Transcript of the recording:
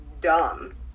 dumb